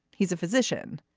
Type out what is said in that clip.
he's a physician.